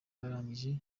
barangije